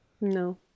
No